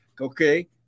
Okay